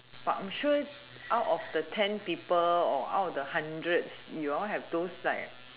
but I'm sure out of the ten people or out of the hundred you all have those like